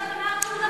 שום דבר על זה.